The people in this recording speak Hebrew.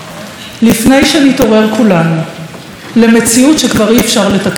לפני שנתעורר כולנו למציאות שכבר אי-אפשר לתקן אותה.